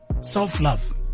self-love